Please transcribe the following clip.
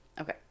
Okay